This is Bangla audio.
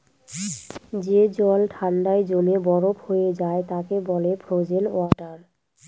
যে জল ঠান্ডায় জমে বরফ হয়ে যায় তাকে বলে ফ্রোজেন ওয়াটার